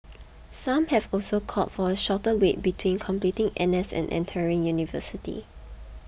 some have also called for a shorter wait between completing N S and entering university